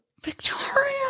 Victoria